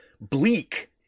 bleak